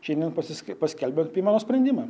šiandien pasiski paskelbė apie mano sprendimą